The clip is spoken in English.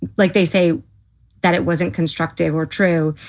like they say that it wasn't constructive or true.